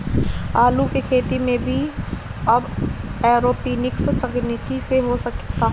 आलू के खेती भी अब एरोपोनिक्स तकनीकी से हो सकता